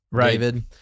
David